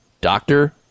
Doctor